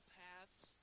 paths